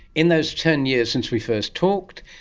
in those ten years since we first talked,